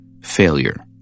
failure